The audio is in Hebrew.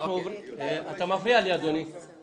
זאת אומרת, יש כאן תוספת לסעיף הזה.